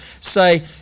say